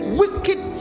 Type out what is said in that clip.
wicked